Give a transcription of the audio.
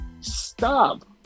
Stop